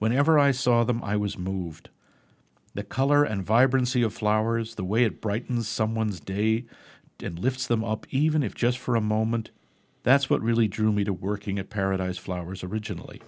whenever i saw them i was moved the color and vibrancy of flowers the way it brighten someone's day it lifts them up even if just for a moment that's what really drew me to working at paradise flowers originally